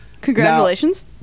congratulations